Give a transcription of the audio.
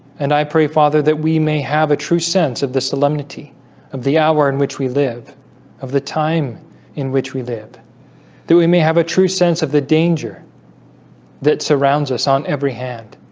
and i pray father that we may have a true sense of the solemnity of the hour in which we live of the time in which we live that we may have a true sense of the danger that surrounds us on every hand